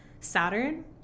Saturn